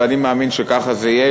ואני מאמין שככה זה יהיה,